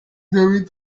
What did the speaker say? avez